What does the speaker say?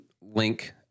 link